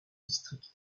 district